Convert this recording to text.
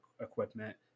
equipment